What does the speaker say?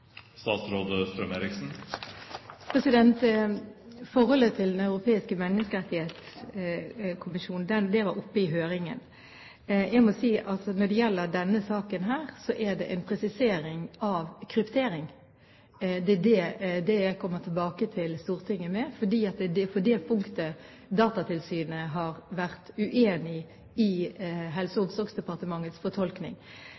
Forholdet til Den europeiske menneskerettighetskommisjon var oppe i høringen. Jeg må si at når det gjelder denne saken, er det en presisering av kryptering. Det er det jeg kommer tilbake til Stortinget med, for det er på det punktet Datatilsynet har vært uenig i Helse- og